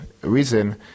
reason